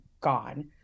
gone